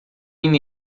indo